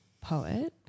Poet